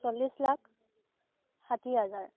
চল্লিছ লাখ ষাঠি হাজাৰ